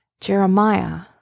Jeremiah